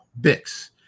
Bix